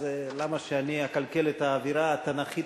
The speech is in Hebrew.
אז למה שאני אקלקל את האווירה התנ"כית,